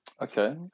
okay